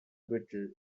brittle